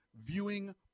viewing